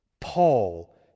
Paul